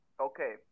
okay